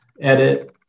edit